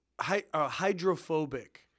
hydrophobic